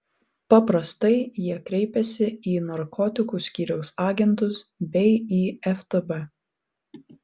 paprastai jie kreipiasi į narkotikų skyriaus agentus bei į ftb